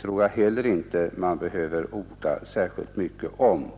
tror jag inte heller att man behöver orda särskilt mycket om.